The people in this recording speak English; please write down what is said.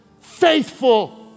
faithful